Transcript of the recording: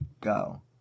go